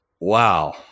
wow